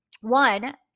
one